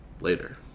later